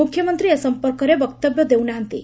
ମୁଖ୍ୟମନ୍ତୀ ଏ ସମ୍ମର୍କରେ ବକ୍ତବ୍ୟ ଦେଉ ନାହାନ୍ତି